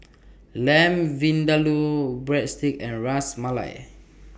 Lamb Vindaloo Breadsticks and Ras Malai